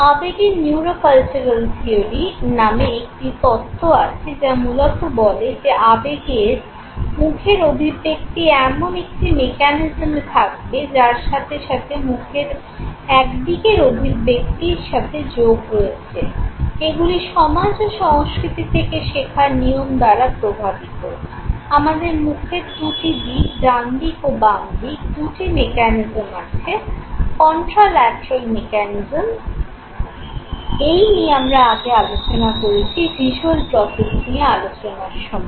আবেগের neuro cultural theory এই নিয়ে আমরা আগে আলোচনা করেছি ভিজ্যুয়াল প্রসেস নিয়ে আলোচনার সময়